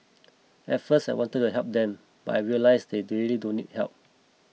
at first I wanted to help them but I realised they really don't need help